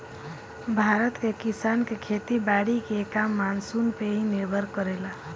भारत के किसान के खेती बारी के काम मानसून पे ही निर्भर करेला